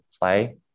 play